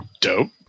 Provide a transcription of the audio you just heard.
Dope